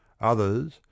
Others